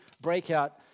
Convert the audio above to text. breakout